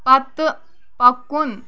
پتہٕ پکُن